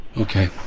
Okay